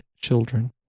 children